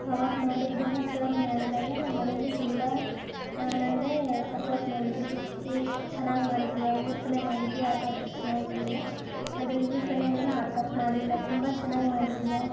ಅವಾಗ ಮಾಡಿದ್ದನ್ನು ಸರ್ವ್ ಮಾಡಿದಾಗ ನಮ್ಮ ಮನೆಲಿ ತುಂಬ ನನಗೆ ಸಪೋರ್ಟ್ ಮಾಡಿದರು ಎ ಎಷ್ಟು ಚೆನ್ನಾಗಿ ಮಾಡಿದ್ದೀಯಾ ಓ ಸಲ ಮಾಡಿದ್ದೀಯಾ ಅದು ಚೆನ್ನಾಗಿ ಇರಲಿಲ್ಲ ಆದರೆ ಈ ಸಲ ನೀನು ಆ ತಪ್ಪು ಮಾಡಿಲ್ಲ ತುಂಬ ಚೆನ್ನಾಗಿ ಮಾಡಿದ್ದೀಯಾ